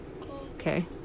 Okay